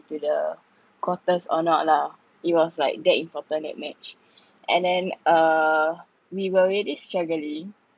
to the quarters or not lah it was like that important that match and then uh we were really struggling